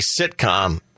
sitcom